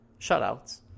Shutouts